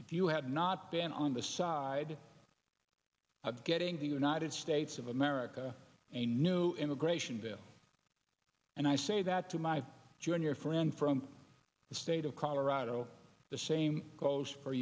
if you had not been on the side of getting the united states of america a new immigration bill and i say that to my junior friend from the state of colorado the same goes for